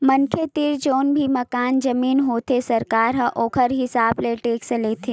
मनखे तीर जउन भी मकान, जमीन होथे सरकार ह ओखर हिसाब ले टेक्स लेथे